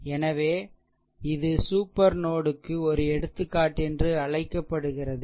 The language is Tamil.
எனவே இது சூப்பர் நோட் க்கு ஒரு எடுத்துக்காட்டு என்று அழைக்கப்படுகிறது